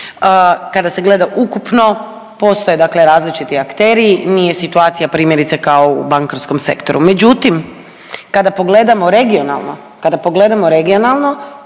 kada se gleda ukupno postoje dakle različiti akteri, nije situacija primjerice kao u bankarskom sektoru, međutim kada pogledamo regionalno,